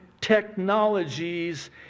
TECHNOLOGIES